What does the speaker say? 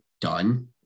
done